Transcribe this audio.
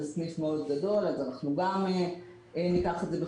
אם זה סניף מאוד גדול אנחנו גם ניקח את זה בחשבון.